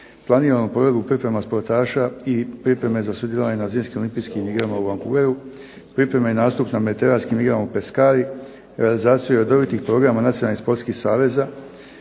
planiranu provedbu priprema sportaša i pripreme za sudjelovanje na Zimskim olimpijskim igrama u Vancouveru, pripreme i nastup na Mediteranskim igrama u …/Ne razumije se./…, realizaciju redovitih programa nacionalnih sportskih saveza,